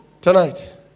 Tonight